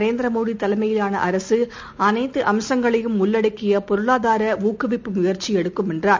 நரேந்திரமோடி தலைமையிலான அரசு அனைத்து அம்சங்களையும் உள்ளடக்கியபொருளாதாரஊக்குவிப்பு முயற்சிஎடுக்கும் என்றார்